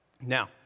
Now